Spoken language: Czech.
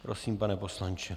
Prosím, pane poslanče.